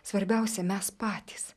svarbiausia mes patys